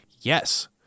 yes